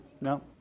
No